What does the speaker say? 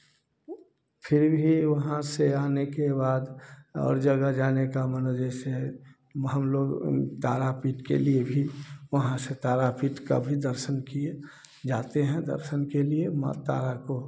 फिर भी वहाँ से आने के बाद और जगह जाने का मन हो जैसे हम लोग तारापीट के लिए भी वहाँ से तारापीट का भी दर्शन किए जाते हैं दर्शन के लिए माँ तारा को